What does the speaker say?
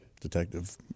Detective